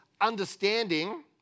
Understanding